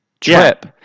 trip